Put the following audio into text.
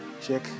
check